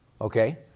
okay